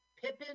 Pippin